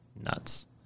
nuts